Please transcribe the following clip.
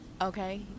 Okay